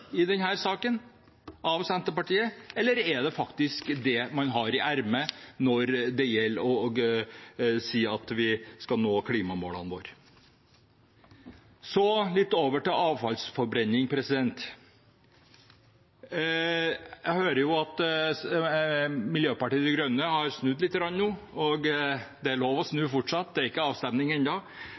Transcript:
i denne saken av Senterpartiet, eller er det faktisk det man har i ermet når det gjelder å si at vi skal nå klimamålene våre? Så over til avfallsforbrenning. Jeg hører at Miljøpartiet De Grønne har snudd litt nå – det er lov å snu fortsatt, det er ikke avstemning